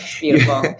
Beautiful